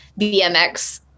bmx